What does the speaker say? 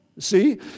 See